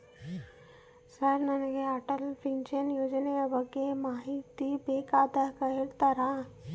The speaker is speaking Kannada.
ಸರ್ ನನಗೆ ಅಟಲ್ ಪೆನ್ಶನ್ ಯೋಜನೆ ಬಗ್ಗೆ ಮಾಹಿತಿ ಬೇಕಾಗ್ಯದ ಹೇಳ್ತೇರಾ?